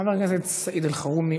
חבר הכנסת סעיד אלחרומי,